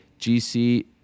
GC